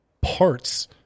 parts